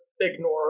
ignore